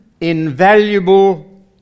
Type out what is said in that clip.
invaluable